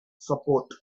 support